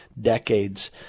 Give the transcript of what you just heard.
decades